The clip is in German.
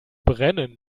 brennen